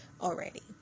already